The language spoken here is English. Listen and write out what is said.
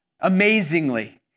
amazingly